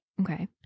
Okay